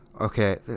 Okay